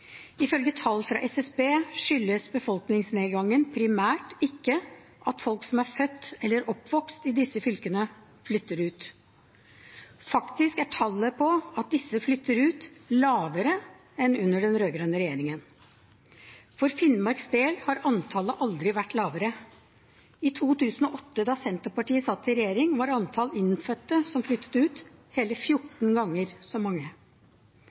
Ifølge tall fra SSB skyldes befolkningsnedgangen primært ikke at folk som er født eller oppvokst i disse fylkene, flytter ut. Faktisk er tallet på at disse flytter ut, lavere enn under den rød-grønne regjeringen. For Finnmarks del har antallet aldri vært lavere. I 2008, da Senterpartiet satt i regjering, var antallet «innfødte» som flyttet ut, hele 14 ganger så